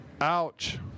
Ouch